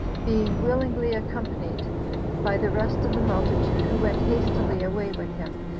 being willingly accompanied by the rest of the multitude, who went hastily away with him,